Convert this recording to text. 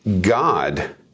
God